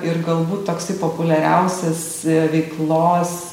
ir galbūt toksai populiariausias veiklos